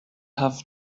have